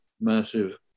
massive